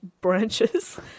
branches